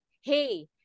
hey